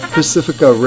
Pacifica